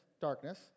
darkness